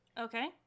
Okay